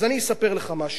אז אני אספר לך משהו.